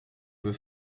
peu